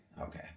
okay